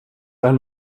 ein